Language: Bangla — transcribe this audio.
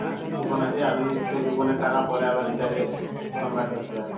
হ্যাঁ কুপন আছে আপনি সেই কুপনের টাকা পরে আবার রিচার্জে কনভার্ট করতে পারেন